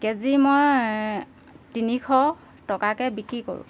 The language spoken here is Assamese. কেজি মই তিনিশ টকাকৈ বিক্ৰী কৰোঁ